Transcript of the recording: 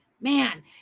man